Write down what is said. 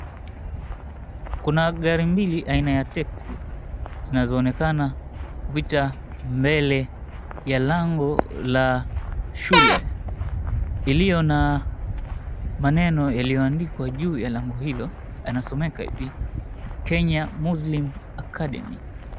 Kuna gari mbili aina ya texi zinazoonekana kupita mbele ya lango la shule iliyona maneno yaliyoandikwa juu ya lango hilo yanasomeka hivi, Kenya Muslim Academy.